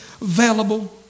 available